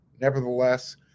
Nevertheless